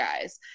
guys